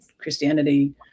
Christianity